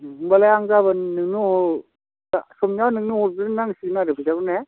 होमब्लालाय आं गाबोन सबनिहा नोंनो हरग्रोनांसिगोन आरो फैसाखौ ने